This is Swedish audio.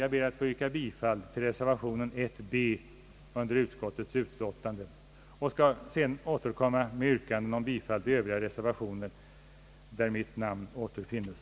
Jag ber att få yrka bifall till reservation b under denna punkt och skall senare återkomma med yrkanden om bifall till övriga reservationer där mitt namn återfinnes.